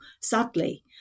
sadly